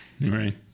Right